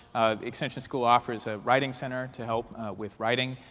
the extension school offers a writing center to help with writing.